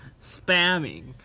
spamming